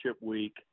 week